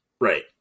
Right